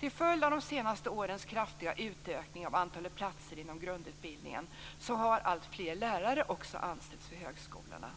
Till följd av de senaste årens kraftiga utökning av antalet platser inom grundutbildningen har alltfler lärare anställts vid högskolorna.